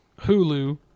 Hulu